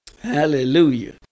Hallelujah